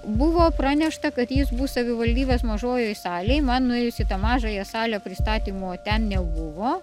buvo pranešta kad jis bus savivaldybės mažojoj salėj man nuėjus į tą mažąją salę pristatymo ten nebuvo